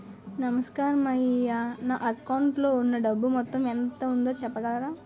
నమస్కారం అయ్యా నా అకౌంట్ లో ఉన్నా డబ్బు మొత్తం ఎంత ఉందో చెప్పగలరా?